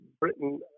Britain